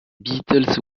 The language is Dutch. beatles